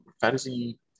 fantasy